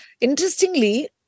interestingly